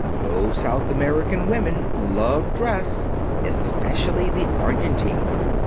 those south american women love dress especially the argentines.